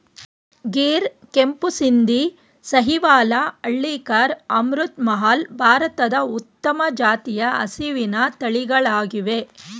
ಗಿರ್, ಕೆಂಪು ಸಿಂಧಿ, ಸಾಹಿವಾಲ, ಹಳ್ಳಿಕಾರ್, ಅಮೃತ್ ಮಹಲ್, ಭಾರತದ ಉತ್ತಮ ಜಾತಿಯ ಹಸಿವಿನ ತಳಿಗಳಾಗಿವೆ